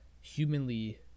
humanly